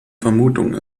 vermutung